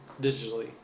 digitally